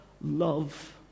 love